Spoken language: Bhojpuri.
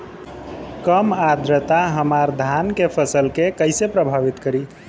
कम आद्रता हमार धान के फसल के कइसे प्रभावित करी?